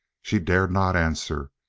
she dared not answer.